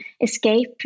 escape